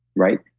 right?